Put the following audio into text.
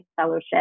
fellowship